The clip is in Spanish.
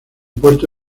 puerto